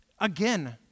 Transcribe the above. Again